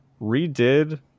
redid